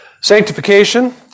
Sanctification